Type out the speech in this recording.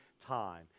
time